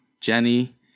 Jenny